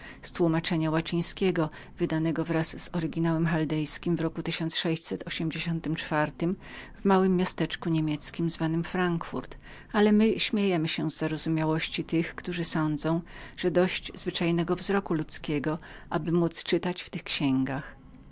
tłumaczenia łacińskiego wydanego wraz z oryginałem handel czym roku czwartym w małem miasteczku niemieckiem nazwanem frankfurt ale my śmiejemy się z zarozumiałości tych którzy sądzą że dość zwyczajnego wzroku ludzkiego aby módz czytać w tych księgach